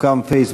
הוקם פייסבוק,